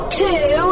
two